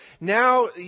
now